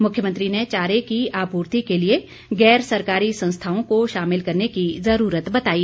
मुख्यमंत्री ने चारे की आपूर्ति के लिए गैर सरकारी संस्थाओं को शामिल करने की ज़रूरत बताई